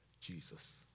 Jesus